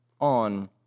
on